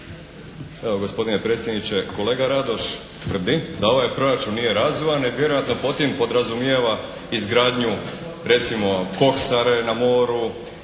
Evo gospodine predsjedniče, kolega Radoš tvrdi da ovaj proračun nije …/Govornik se ne razumije./… nego vjerojatno pod tim podrazumijeva izgradnju recimo Kosare na moru,